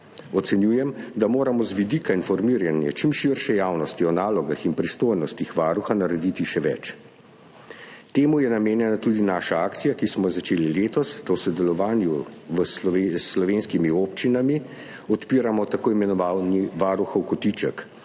Ocenjujem, da moramo z vidika informiranja čim širše javnosti o nalogah in pristojnostih Varuha narediti še več. Temu je namenjena tudi naša akcija, ki smo jo začeli letos. V sodelovanju s slovenskimi občinami odpiramo tako imenovani varuhov kotiček,